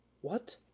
What